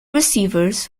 receivers